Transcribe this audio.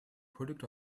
product